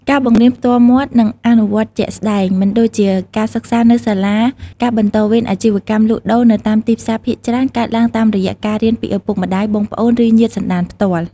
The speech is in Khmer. ការបង្រៀនផ្ទាល់មាត់ និងអនុវត្តជាក់ស្តែង មិនដូចជាការសិក្សានៅសាលា ការបន្តវេនអាជីវកម្មលក់ដូរនៅតាមទីផ្សារភាគច្រើនកើតឡើងតាមរយៈការរៀនពីឪពុកម្តាយ បងប្អូន ឬញាតិសន្ដានផ្ទាល់។